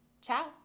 ciao